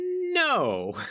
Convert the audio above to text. no